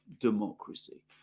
democracy